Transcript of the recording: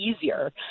easier